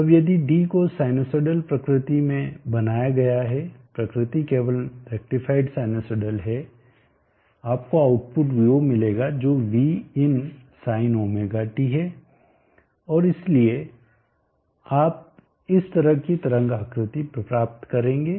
अब यदि d को साइनसॉइडल प्रकृति में बनाया गया है प्रकृति केवल रेक्टिफाइड साइनसॉइडल है आपको आउटपुट v0 मिलेगा जो vinsinωt है और इसलिए आप इस तरह की तरंग आकृति प्राप्त कर पाएंगे